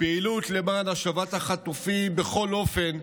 פעילות למען השבת החטופים בכל אופן,